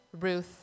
Ruth